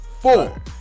Four